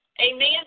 amen